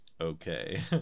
Okay